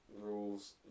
rules